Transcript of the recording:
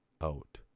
out